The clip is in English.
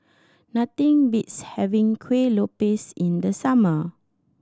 nothing beats having Kueh Lopes in the summer